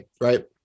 right